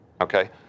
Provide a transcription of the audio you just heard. Okay